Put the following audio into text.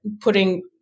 putting